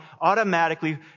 automatically